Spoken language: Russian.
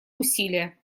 усилия